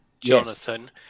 Jonathan